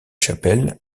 chapelles